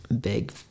big